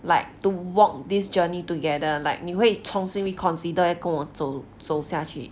like to walk this journey together like 你会重新 reconsider eh 跟我走走下去